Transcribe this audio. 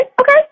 okay